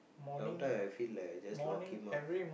sometimes I feel like I just lock him up